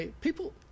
People